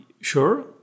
Sure